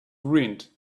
ruined